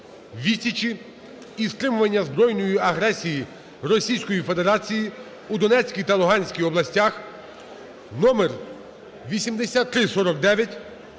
відсічі і стримування збройної агресії Російської Федерації у Донецькій та Луганській областях) (№8349),